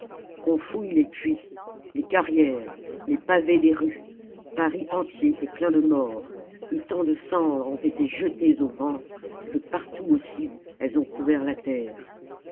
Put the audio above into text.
qu'on fouille les puits les carrières les pavés des rues paris entier est plein de morts et tant de cendres ont été jetées aux vents que partout aussi elles ont couvert la terre